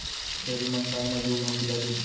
छेरी मन साल म दू घौं पिला देथे